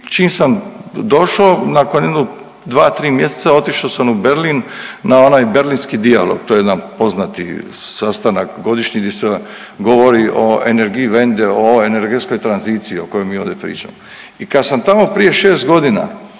čim sam došao nakon jedno 2-3 mjeseca otišao sam u Berlin na onaj berlinski dijalog. To je jedan poznati sastanak godišnji gdje se govori o Energiewende o energetskoj tranziciji o kojoj mi ovdje pričamo. I kad sam tamo prije 6 godina